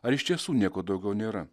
ar iš tiesų nieko daugiau nėra